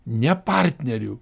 ne partnerių